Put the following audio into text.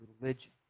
religion